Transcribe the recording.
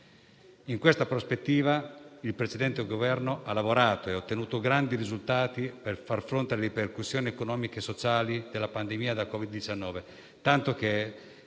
In questa prospettiva, il precedente Governo ha lavorato e ottenuto grandi risultati per far fronte alle ripercussioni economiche e sociali della pandemia da Covid-19,